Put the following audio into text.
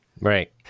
Right